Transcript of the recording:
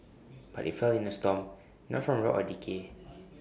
but IT fell in A storm not from rot or decay